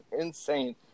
insane